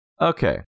Okay